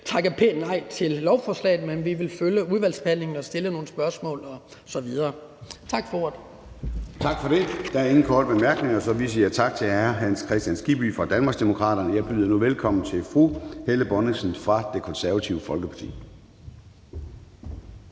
takke pænt nej til lovforslaget. Vi vil følge udvalgsbehandlingen og stille nogle spørgsmål osv. Tak for ordet. Kl. 10:55 Formanden (Søren Gade): Tak for det. Der er ingen korte bemærkninger, så vi siger tak til hr. Hans Kristian Skibby fra Danmarksdemokraterne. Jeg byder nu velkommen til fru Helle Bonnesen fra Det Konservative Folkeparti.